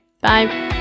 Bye